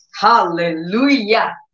hallelujah